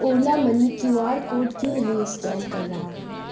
اولا money Q R code کیوں نہیں scan کر رہا